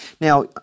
Now